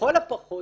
לכל הפחות,